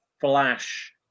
flash